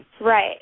Right